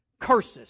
curses